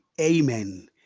amen